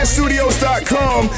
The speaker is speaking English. studios.com